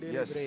Yes